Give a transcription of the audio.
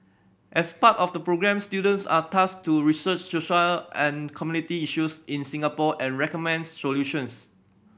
as part of the programme students are tasked to research social and community issues in Singapore and recommend solutions